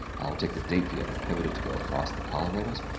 i'll take the date field and pivot it to go across the column labels,